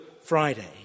Friday